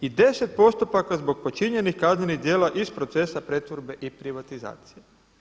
I deset postupaka zbog počinjenih kaznenih djela iz procesa pretvorbe i privatizacije.